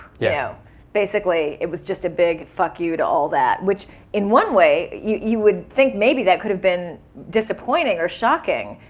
yeah basically, it was just a big fuck you to all that, which in one way you you would think maybe that could've been disappointing or shocking.